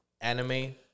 anime